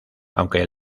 aunque